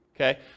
okay